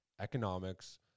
economics